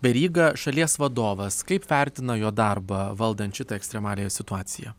veryga šalies vadovas kaip vertina jo darbą valdant šitą ekstremaliąją situaciją